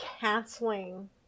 canceling